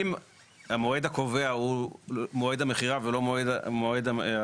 אם המועד הקובע, הוא מועד המכירה ולא מועד ההסכם,